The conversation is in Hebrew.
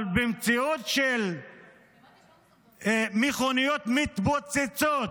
אבל במציאות של מכוניות מתפוצצות,